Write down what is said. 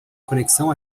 conexão